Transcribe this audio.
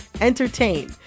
entertain